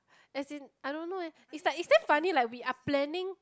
as in I don't know eh is like is damn funny like we are planning